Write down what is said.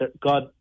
God